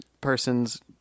person's